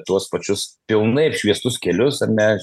tuos pačius pilnai apšviestus kelius ar ne